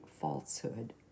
falsehood